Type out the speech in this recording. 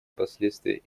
последствия